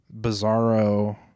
bizarro